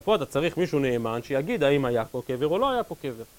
פה אתה צריך מישהו נאמן, שיגיד האם היה פה קבר או לא היה פה קבר.